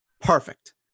Perfect